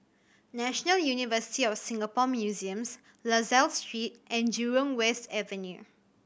National University of Singapore Museums La Salle Street and Jurong West Avenue